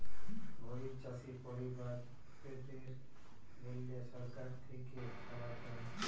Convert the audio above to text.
গরিব চাষী পরিবারদ্যাদের জল্যে সরকার থেক্যে খাবার দ্যায়